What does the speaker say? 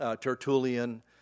Tertullian